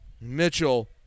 Mitchell